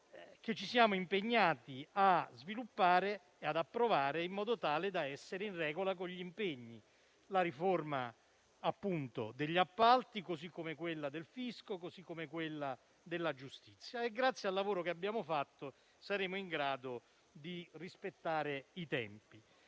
che ci siamo impegnati a sviluppare e ad approvare in modo tale da essere in regola con gli impegni: la riforma degli appalti, quella del fisco e quella della giustizia. Grazie al lavoro che abbiamo fatto, saremo in grado di rispettare i tempi.